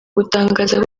gutangaza